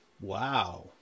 Wow